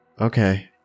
Okay